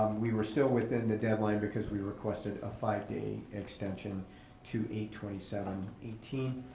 we were still within the deadline because we requested a five day extension to eight twenty seven eighteen.